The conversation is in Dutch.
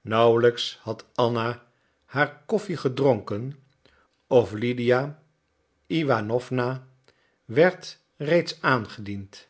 nauwelijks had anna haar koffie gedronken of lydia iwanowna werd reeds aangediend